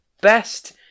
best